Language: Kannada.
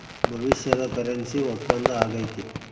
ಭವಿಷ್ಯದ ಕರೆನ್ಸಿ ಒಪ್ಪಂದ ಆಗೈತೆ